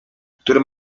które